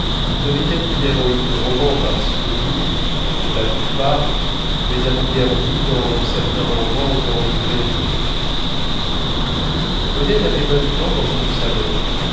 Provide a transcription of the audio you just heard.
devait être une héroïne de roman parce que nous pour la plupart ne les avons guère vues que dans certains romans d'henry gréville odette avait maintenant dans son salon